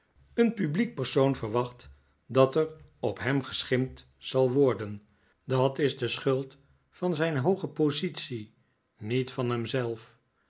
een publiek persoon verwacht dat er op hem geschimpt zal worden dat is de schuld van zijn hooge positie niet van hem